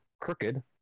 crooked